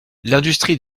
l’industrie